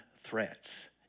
threats